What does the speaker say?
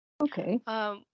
Okay